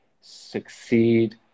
succeed